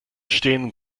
stehen